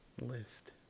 list